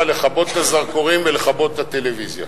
לכבות את הזרקורים ולכבות את הטלוויזיה,